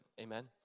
Amen